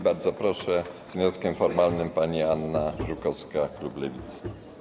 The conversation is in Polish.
Bardzo proszę, z wnioskiem formalnym pani Anna Żukowska, klub Lewicy.